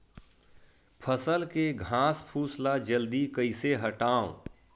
फसल के घासफुस ल जल्दी कइसे हटाव?